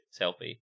selfie